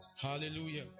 Hallelujah